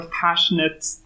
passionate